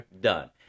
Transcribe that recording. done